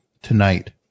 Tonight